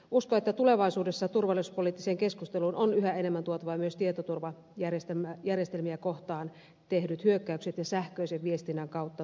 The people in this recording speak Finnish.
uskon että tulevaisuudessa turvallisuuspoliittiseen keskusteluun on yhä enemmän tuotava myös tietoturvajärjestelmiä kohtaan tehdyt hyökkäykset ja sähköisen viestinnän kautta tulevat uhkat